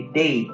day